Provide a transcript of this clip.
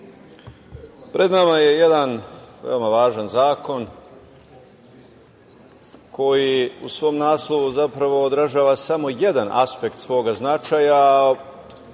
pred nama je jedan veoma važan zakon, koji u svom naslovu, zapravo, odražava samo jedan aspekt svog značaja,